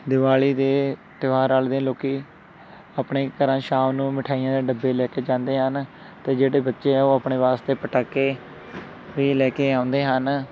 ਦੀਵਾਲੀ ਦੇ ਤਿਉਹਾਰ ਵਾਲੇ ਦਿਨ ਲੋਕ ਆਪਣੇ ਘਰਾਂ 'ਚ ਸ਼ਾਮ ਨੂੰ ਮਿਠਾਈਆਂ ਦੇ ਡੱਬੇ ਲੈ ਕੇ ਜਾਂਦੇ ਹਨ ਅਤੇ ਜਿਹੜੇ ਬੱਚੇ ਆ ਉਹ ਆਪਣੇ ਵਾਸਤੇ ਪਟਾਕੇ ਵੀ ਲੈ ਕੇ ਆਉਂਦੇ ਹਨ